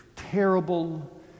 Terrible